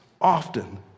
often